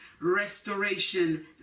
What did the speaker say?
restoration